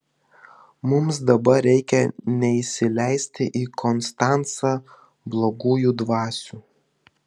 mums dabar reikia neįsileisti į konstancą blogųjų dvasių